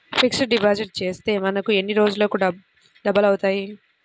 Fixed deposit చేస్తే మనకు ఎన్ని రోజులకు డబల్ అవుతాయి?